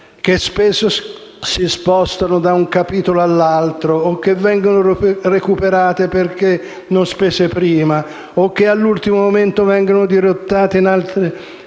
che spesso si spostano da un capitolo all'altro, o che vengono recuperate perché non spese prima, o che all'ultimo momento vengono dirottate su altre